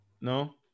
No